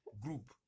group